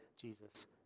Jesus